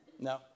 No